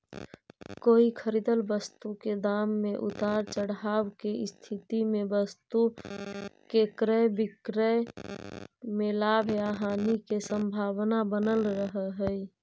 कोई खरीदल वस्तु के दाम में उतार चढ़ाव के स्थिति में वस्तु के क्रय विक्रय में लाभ या हानि के संभावना बनल रहऽ हई